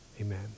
Amen